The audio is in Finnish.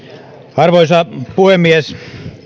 arvoisa puhemies